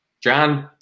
John